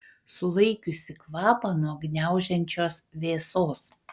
sulaikiusi kvapą nuo gniaužiančios vėsos